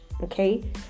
okay